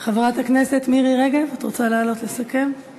חברת הכנסת מירי רגב, את רוצה לעלות לסכם?